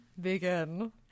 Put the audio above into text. begin